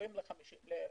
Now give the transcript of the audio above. מ-20% ל%505.